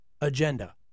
agenda